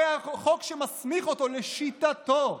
הרי החוק שמסמיך אותו, לשיטתו,